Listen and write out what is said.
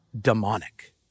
demonic